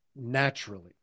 naturally